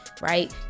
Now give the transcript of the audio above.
right